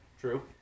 True